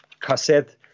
cassette